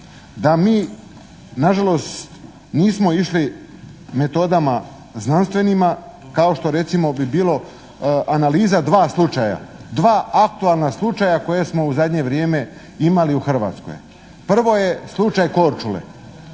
da mi na žalost nismo išli metodama znanstvenima kao što recimo bi bilo analiza dva slučaja, dva aktualna slučaja koja smo u zadnje vrijeme imali u Hrvatskoj. Prvo je slučaj Korčule.